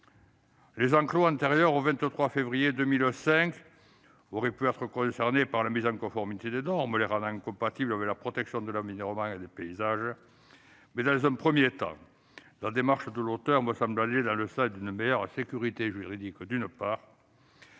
Les enclos antérieurs au 23 février 2005 auraient pu être concernés par la mise en conformité à des normes les rendant compatibles avec la protection de l'environnement et des paysages. Néanmoins, dans un premier temps, la démarche de l'auteur de la proposition de loi me semble aller dans le sens d'une meilleure sécurité juridique. À ce stade,